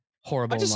horrible